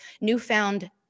newfound